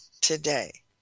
today